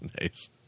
nice